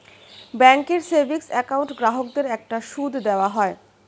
ব্যাঙ্কের savings account গ্রাহকদের একটা সুদ দেওয়া হয়